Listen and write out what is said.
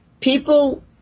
people